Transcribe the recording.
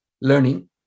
learning